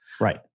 Right